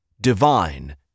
Divine